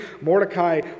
Mordecai